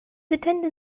attended